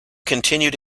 continued